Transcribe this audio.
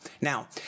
Now